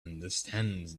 understands